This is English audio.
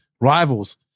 rivals